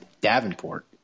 Davenport